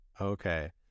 Okay